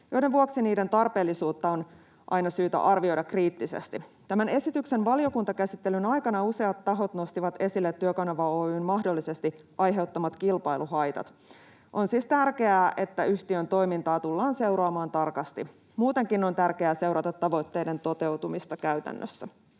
joiden vuoksi niiden tarpeellisuutta on aina syytä arvioida kriittisesti. Tämän esityksen valiokuntakäsittelyn aikana useat tahot nostivat esille Työkanava Oy:n mahdollisesti aiheuttamat kilpailuhaitat. On siis tärkeää, että yhtiön toimintaa tullaan seuraamaan tarkasti. Muutenkin on tärkeää seurata tavoitteiden toteutumista käytännössä.